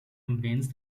convinced